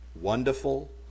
Wonderful